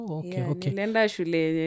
okay